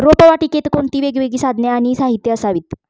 रोपवाटिकेत कोणती वेगवेगळी साधने आणि साहित्य असावीत?